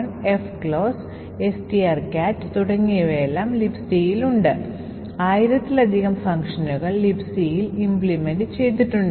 മിക്ക കംപൈലറുകളും കാനറികളെ പിന്തുണയ്ക്കുന്നു ഈ കോഴ്സിൽ നമ്മൾ ഉപയോഗിക്കുന്ന കംപൈലറുകളും GCC കാനറികൾക്ക് പിന്തുണയുണ്ട്